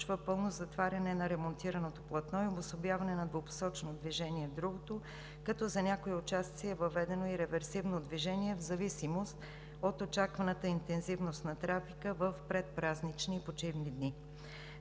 движение, която включва пълно затваряне на ремонтираното платно и обособяване на двупосочно движение на другото, като за някои участъци е въведено реверсивно движение в зависимост от очакваната интензивност на трафика в предпразнични почивни дни.